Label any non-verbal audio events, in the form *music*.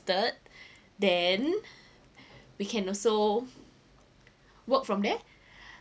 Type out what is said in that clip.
*breath* then we can also work from there